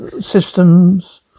systems